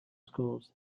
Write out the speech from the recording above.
schools